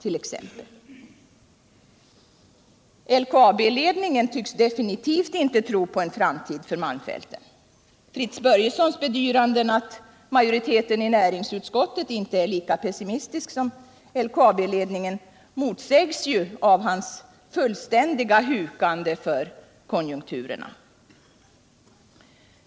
LKAB-ledningen tycks definitivt inte tro på en framtid för malmfälten. Fritz Börjessons bedyranden att majoriteten i näringsutskottet inte är lika pessimistisk som LKAB-ledningen motsägs ju av hans fullständiga hukande för konjunkturerna.